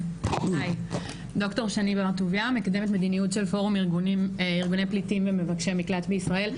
אני מקדמת מדיניות של פורום ארגוני פליטים ומבקשי מקלט בישראל.